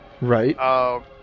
Right